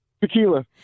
Tequila